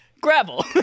gravel